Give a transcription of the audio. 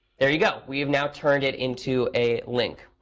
there you go. we've now turn it into a link.